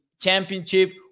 championship